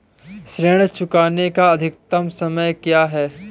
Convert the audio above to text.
ऋण चुकाने का अधिकतम समय क्या है?